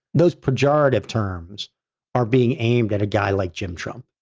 those pejorative terms are being aimed at a guy like jim trump.